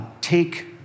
take